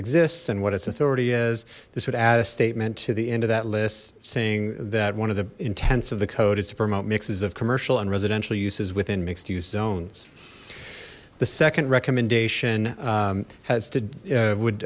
exists and what its authority is this would add a statement to the end of that list saying that one of the intents of the code is to promote mixes of commercial and residential uses within mixed use zones the second recommendation has to would